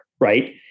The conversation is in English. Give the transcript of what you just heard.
right